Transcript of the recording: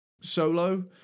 solo